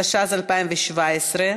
התשע"ז 2017,